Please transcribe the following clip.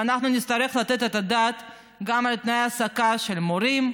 ואנחנו נצטרך לתת את הדעת גם על תנאי העסקה של מורים,